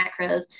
macros